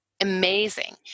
Amazing